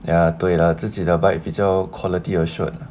啊对了自己的 bike 比较 quality assured